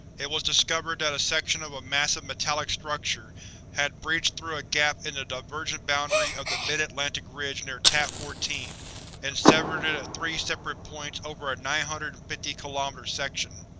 it was discovered that a section of a massive metallic structure had breached through a gap in the divergent boundary of the mid-atlantic ridge near tat fourteen and severed it at three separate points over a nine hundred and fifty kilometer section.